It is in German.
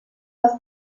das